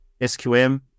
SQM